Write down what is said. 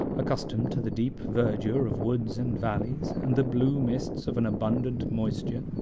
accustomed to the deep verdure of woods and valleys, and the blue mists of an abundant moisture.